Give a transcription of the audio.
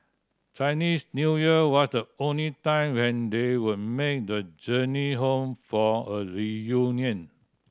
Chinese New Year was the only time when they would make the journey home for a reunion